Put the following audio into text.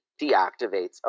deactivates